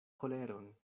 koleron